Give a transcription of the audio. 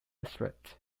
threat